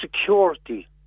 security